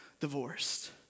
divorced